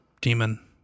demon